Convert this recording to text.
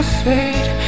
fade